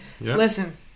Listen